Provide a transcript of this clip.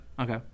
Okay